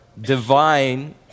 divine